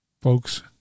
folks